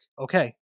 okay